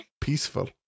Peaceful